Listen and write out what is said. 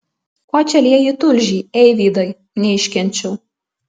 ko čia lieji tulžį eivydai neiškenčiau